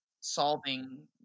solving